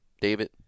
David